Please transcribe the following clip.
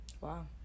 wow